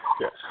Yes